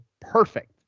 perfect